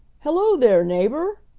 hello there, neighbor,